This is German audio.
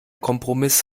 kompromiss